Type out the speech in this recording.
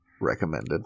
recommended